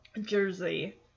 jersey